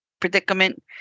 predicament